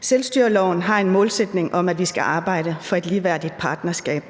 Selvstyreloven har en målsætning om, at vi skal arbejde for et ligeværdigt partnerskab.